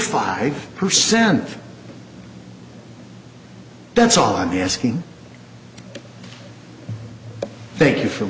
five percent that's all i'm asking thank you for